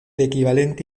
equivalente